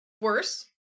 Worse